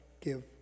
give